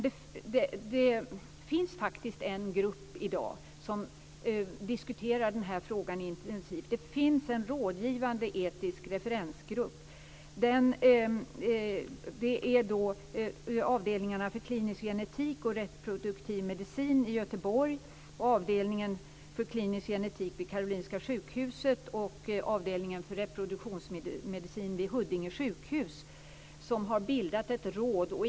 Det finns faktiskt en grupp i dag som diskuterar den här frågan intensivt. Det är en rådgivande etisk referensgrupp. Det är avdelningarna för klinisk genetik och reproduktiv medicin i Göteborg, avdelningen för klinisk genetik vid Karolinska sjukhuset samt avdelningen för reproduktionsmedicin vid Huddinge sjukhus som har bildat ett råd.